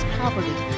poverty